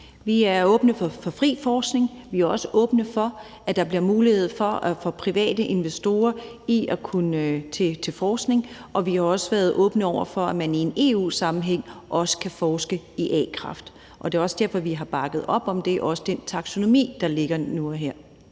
Vi er åbne over for fri forskning, vi er også åbne over for, at der bliver mulighed for at få private investorer til forskning, og vi har også været åbne over for, at man i en EU-sammenhæng kan forske i a-kraft. Det er også derfor, vi har bakket op om det og også den taksonomi, der ligger nu og her.